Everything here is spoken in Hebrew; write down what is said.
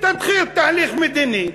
תתחיל תהליך מדיני,